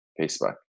Facebook